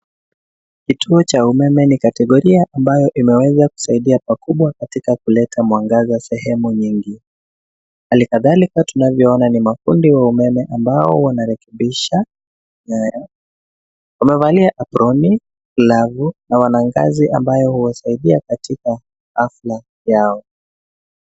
Kituo cha umeme ni kategoria ambayo inaweza kusaidia pakubwa katika kuleta mwangaza katika sehemu nyingi. Hali kadhalika tunavyoona ni mafundi wa umeme ambao wanarekebisha nyaya. Amevalia aproni, glavu na wana ngazi ambayo huwasaidia katika hafla yao.